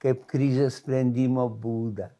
kaip krizės sprendimo būdą